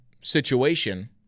situation